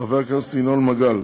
חבר הכנסת ינון מגל,